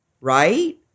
right